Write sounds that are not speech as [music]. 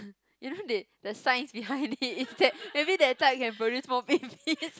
you know they the science behind it it's that maybe that type can produce more [laughs] babies